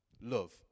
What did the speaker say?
love